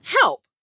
help